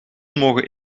mogen